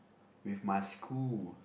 with my school